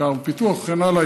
מחקר ופיתוח וכן הלאה,